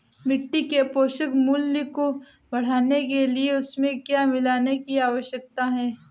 मिट्टी के पोषक मूल्य को बढ़ाने के लिए उसमें क्या मिलाने की आवश्यकता है?